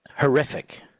horrific